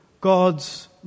God's